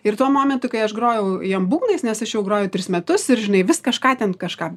ir tuo momentu kai aš grojau jiem būgnais nes aš jau groju tris metus ir žinai vis kažką ten kažką